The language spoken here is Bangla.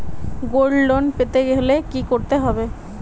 গোল্ড লোন পেতে হলে কি করতে হবে?